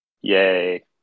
Yay